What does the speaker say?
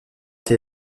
été